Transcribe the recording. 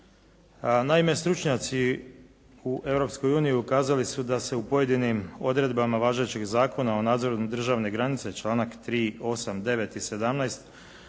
naime, stručnjaci u Europskoj uniji ukazali su da se u pojedinim odredbama važećeg Zakona o nadzoru državne granice, članak 3., 8., 9. i 17.